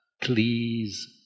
please